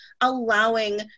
allowing